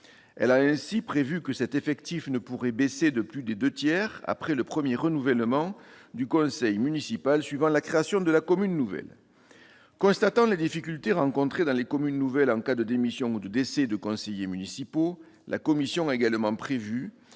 Elle a ainsi prévu que cet effectif ne pourrait baisser de plus des deux tiers après le premier renouvellement du conseil municipal suivant la création de la commune nouvelle. Constatant les difficultés rencontrées par les communes nouvelles en cas de démission ou de décès de conseillers municipaux, la commission a également prévu